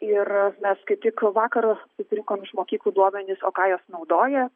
ir mes kaip tik vakar susirinkom iš mokyklų duomenis o ką jos naudoja